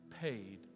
paid